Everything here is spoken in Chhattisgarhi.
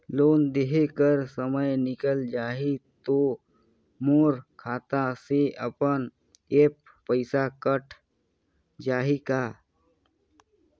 लोन देहे कर समय निकल जाही तो मोर खाता से अपने एप्प पइसा कट जाही का?